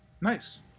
Nice